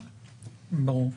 ברור.